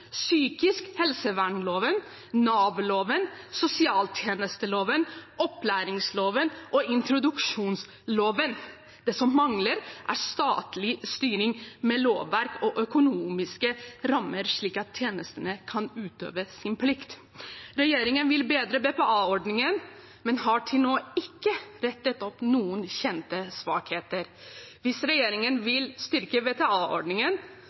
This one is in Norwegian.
psykisk helsevernloven, Nav-loven, sosialtjenesteloven, opplæringsloven og introduksjonsloven. Det som mangler, er statlig styring med lovverk og økonomiske rammer, slik at tjenestene kan utøve sin plikt. Regjeringen vil bedre BPA-ordningen, men har til nå ikke rettet opp noen kjente svakheter. Hvis regjeringen vil styrke